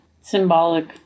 symbolic